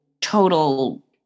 total